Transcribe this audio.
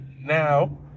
now